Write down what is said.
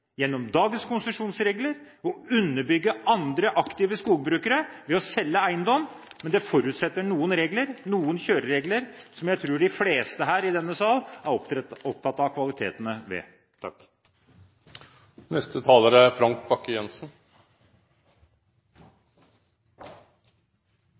gjennom dagens konsesjonsregler å underbygge andre aktive skogbrukere ved å selge eiendom, men det forutsetter noen regler, noen kjøreregler, som jeg tror de fleste i denne sal er opptatt av kvalitetene ved. Det er